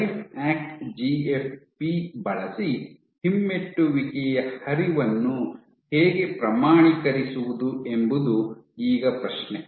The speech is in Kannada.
ಲೈಫ್ಯಾಕ್ಟ್ ಜಿಎಫ್ಪಿ ಬಳಸಿ ಹಿಮ್ಮೆಟ್ಟುವಿಕೆಯ ಹರಿವನ್ನು ಹೇಗೆ ಪ್ರಮಾಣೀಕರಿಸುವುದು ಎಂಬುದು ಈಗ ಪ್ರಶ್ನೆ